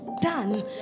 done